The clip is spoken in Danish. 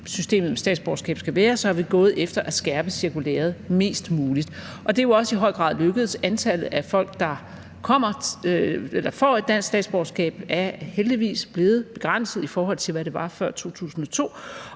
systemet med statsborgerskabet skal være, gået efter at skærpe cirkulæret mest muligt. Og det er jo også i høj grad lykkedes. Antallet af folk, der får et dansk statsborgerskab, er heldigvis blevet begrænset, i forhold til hvad det var før 2002,